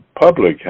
public